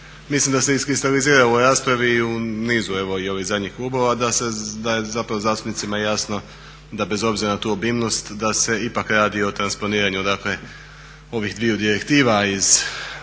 mislim da se iskristaliziralo u raspravi i u nizu evo i ovih zadnjih klubova da je zapravo zastupnicima i jasno da bez obzira na tu obimnost da se ipak radio o transponiranju dakle, ovih dviju direktiva iz